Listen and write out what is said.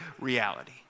reality